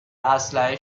اسلحه